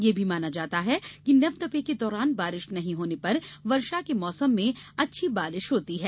यह भी माना जाता है कि नवतपे के दौरान बारिश नहीं होने पर वर्षा के मौसम में अच्छी बारिश होती है